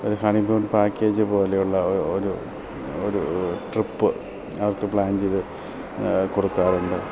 ഒരു honeymoon package പോലെയുള്ള ഒരു ഒരു ട്രിപ്പ് അവർക്ക് പ്ലാൻ ചെയ്ത് കൊടുക്കാറുണ്ട്